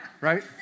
Right